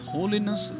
Holiness